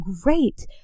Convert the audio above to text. great